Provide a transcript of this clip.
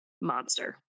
monster